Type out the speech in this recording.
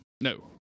no